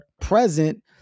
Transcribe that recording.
present